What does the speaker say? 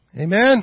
Amen